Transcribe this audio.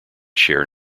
share